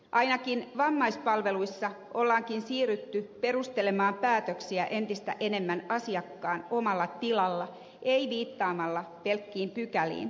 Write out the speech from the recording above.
ainakin vammaispalveluissa onkin siirrytty perustelemaan päätöksiä entistä enemmän asiakkaan omalla tilalla ei viittaamalla pelkkiin pykäliin